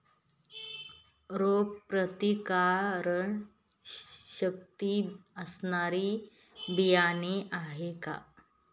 रोगप्रतिकारशक्ती असणारी बियाणे आहे का?